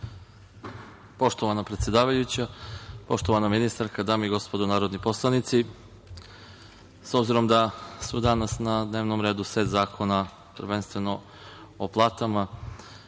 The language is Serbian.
Poštovan predsedavajuća, poštovana ministarka, dame i gospodo narodni poslanici, s obzirom da je danas na dnevnom redu set zakona prvenstveno o platama